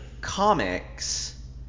comics